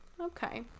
Okay